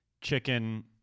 chicken